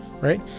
right